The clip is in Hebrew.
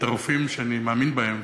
מהרופאים שאני מאמין בהם,